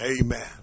amen